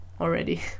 already